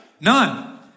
None